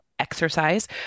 Exercise